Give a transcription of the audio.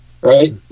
right